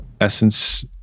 essence